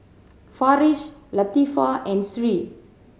Farish Latifa and Sri